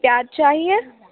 پیاز چاہیے